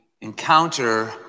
encounter